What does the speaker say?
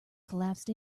collapsed